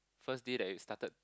first day that it started